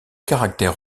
caractère